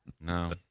No